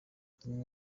zimwe